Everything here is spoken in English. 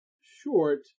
short